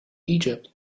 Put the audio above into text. egypt